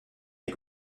mes